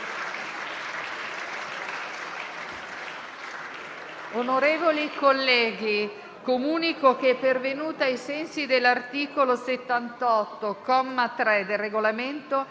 Onorevoli colleghi, comunico che è pervenuta, ai sensi dell'articolo 78, comma 3, del Regolamento,